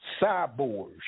cyborgs